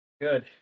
Good